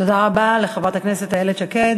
תודה רבה לחברת הכנסת איילת שקד.